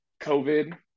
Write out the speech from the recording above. COVID